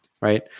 Right